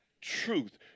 truth